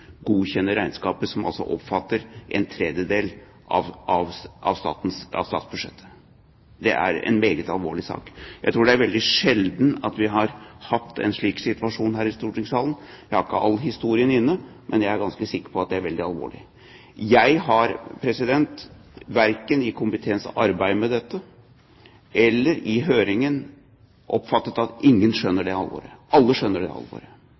godkjenne – de bruker ikke det ordet, men det er det det betyr – regnskapet, som altså omfatter en tredjedel av statsbudsjettet. Det er en meget alvorlig sak. Jeg tror det er veldig sjelden at vi har hatt en slik situasjon her i stortingssalen – jeg har ikke all historie inne, men jeg er ganske sikker på at det er veldig alvorlig. Verken under komiteens arbeid med dette eller i høringen har jeg oppfattet at det er noen som ikke skjønner det alvoret.